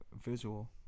visual